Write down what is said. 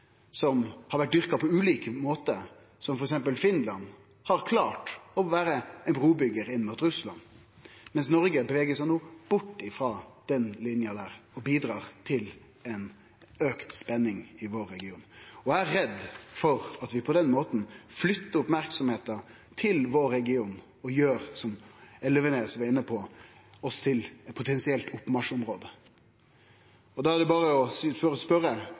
som har vore dyrka på ulike måtar. Finland, f.eks., har klart å vere ein brubyggjar inn mot Russland, mens Noreg no beveger seg bort frå den lina og bidrar til auka spenning i vår region. Eg er redd for at vi på denne måten flyttar merksemda til regionen vår og gjer oss, som representanten Elvenes var inne på, til eit potensielt oppmarsjområde. Da er det berre å